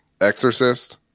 exorcist